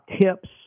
TIPs